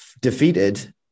defeated